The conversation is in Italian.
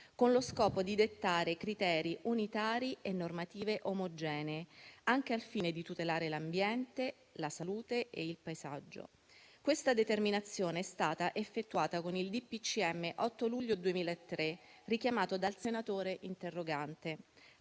con lo scopo di dettare criteri unitari e normative omogenee, anche al fine di tutelare l'ambiente, la salute e il paesaggio. Questa determinazione è stata effettuata con il DPCM 8 luglio 2003, richiamato dal senatore interrogante,